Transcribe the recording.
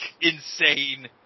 insane